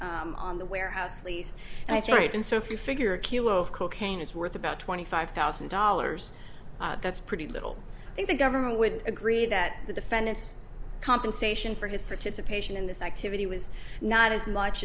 on the warehouse lease and it's right and so if you figure a kilo of cocaine is worth about twenty five thousand dollars that's pretty little think the government would agree that the defendants compensation for his participation in this activity was not as much